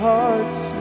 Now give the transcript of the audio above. Hearts